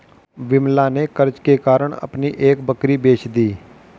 विमला ने कर्ज के कारण अपनी एक बकरी बेच दी